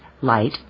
light